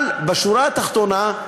אבל בשורה התחתונה,